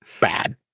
bad